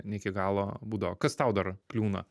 ne iki galo būdavo kas tau dar kliūna